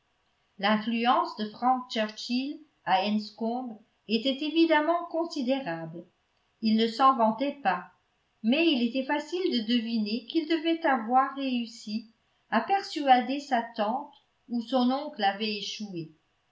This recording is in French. l'influence de frank churchill à enscombe était évidemment considérable il ne s'en vantait pas mais il était facile de deviner qu'il devait avoir réussi à persuader sa tante où son oncle avait échoué